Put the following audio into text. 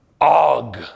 Og